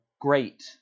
great